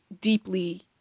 deeply